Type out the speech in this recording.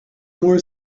more